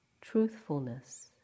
truthfulness